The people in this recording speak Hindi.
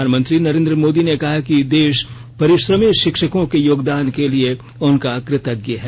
प्रधानमंत्री नरेंद्र मोदी ने कहा है कि देश परिश्रमी शिक्षकों के योगदान के लिए उनका क्रेतज्ञ है